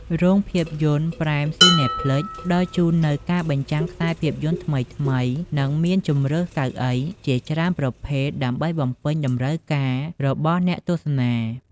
រោងភាពយន្ត ប្រែមស៊ីនេផ្លិច (Prime Cineplex) ផ្តល់ជូននូវការបញ្ចាំងខ្សែភាពយន្តថ្មីៗ និងមានជម្រើសកៅអីជាច្រើនប្រភេទដើម្បីបំពេញតម្រូវការរបស់អ្នកទស្សនា។